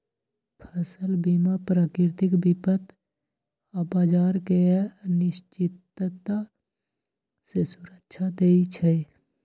फसल बीमा प्राकृतिक विपत आऽ बाजार के अनिश्चितता से सुरक्षा देँइ छइ